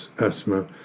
asthma